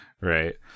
right